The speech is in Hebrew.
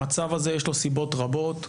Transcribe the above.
המצב הזה יש לו סיבות רבות.